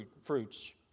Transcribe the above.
fruits